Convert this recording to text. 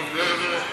טוב, חבר'ה.